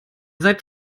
seid